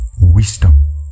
wisdom